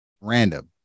Random